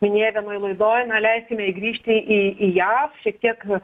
minėjo vienoj laidoj na leiskime jai grįžti į į ją šiek tiek na